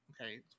okay